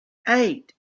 eight